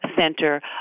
Center